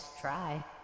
try